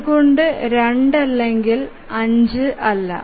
എന്തുകൊണ്ട് 2 അല്ലെങ്കിൽ 5 അല്ല